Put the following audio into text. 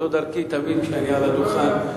זו דרכי תמיד כשאני על הדוכן,